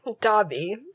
Dobby